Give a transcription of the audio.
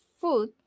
food